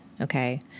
okay